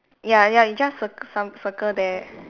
ya ya you just circ~ circ~ circle there